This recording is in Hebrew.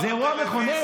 זה אירוע מכונן.